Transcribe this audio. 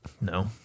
No